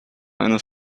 eines